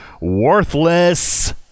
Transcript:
worthless